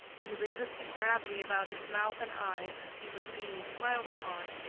and the resistant gravity about his mouth and eyes as he was being smiled upon,